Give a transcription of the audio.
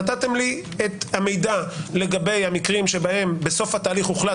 נתתם לי את המידע לגבי המקרים שבהם בסוף התהליך הוחלט